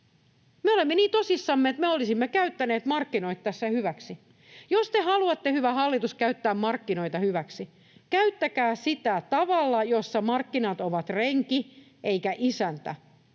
Me olemme niin tosissamme, että me olisimme käyttäneet markkinoita tässä hyväksi. Jos te haluatte, hyvä hallitus, käyttää markkinoita hyväksi, käyttäkää niitä tavalla, jossa markkinat ovat renki eivätkä isäntä.